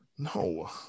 No